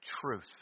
truth